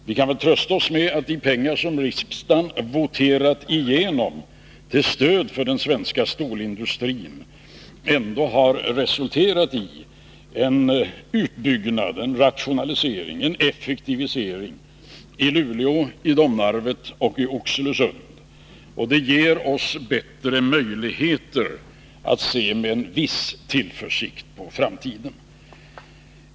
Vi kan väl trösta oss med att de pengar som riksdagen voterat igenom till stöd för den svenska stålindustrin ändå har resulterat i en utbyggnad, en rationalisering och en effektivisering i Luleå, Domnarvet och Oxelösund. Detta ger oss bättre möjligheter att se med en viss tillförsikt på framtiden.